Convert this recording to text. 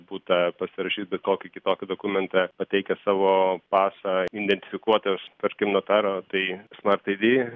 butą pasirašyt bet kokį kitokį dokumentą pateikę savo pasą identifikuotojas tarkim notaro tai smart id